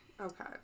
Okay